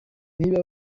niba